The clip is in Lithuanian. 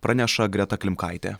praneša greta klimkaitė